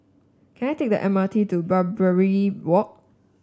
can I take the M R T to Barbary Walk